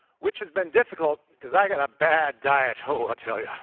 which has been difficult, because i got a bad diet, oh, i tell yeah